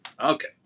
Okay